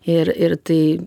ir ir tai